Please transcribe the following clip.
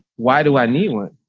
why do i need one?